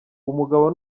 umugabo